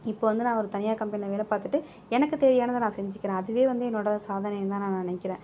இப்போ வந்து நான் ஒரு தனியார் கம்பெனியில் வேலை பார்த்துட்டு எனக்கு தேவையானதை நான் செஞ்சுக்கிறேன் அதுவே வந்து என்னோடேய சாதனைனு தான் நான் நினைக்கறேன்